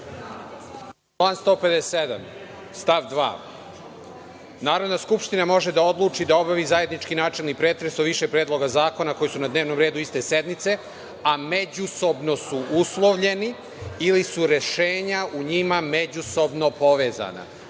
Član 157. stav 2. – Narodna skupština može da odluči da obavi zajednički načelni pretres o više predloga zakona koji su na dnevnom redu iste sednice, a međusobno su uslovljeni ili su rešenja u njima međusobno povezana. Objasnite